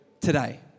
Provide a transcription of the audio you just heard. today